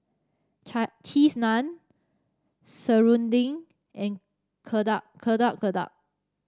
Cheese Naan serunding and Getuk Getuk Getuk